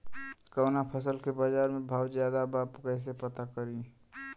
कवना फसल के बाजार में भाव ज्यादा बा कैसे पता करि?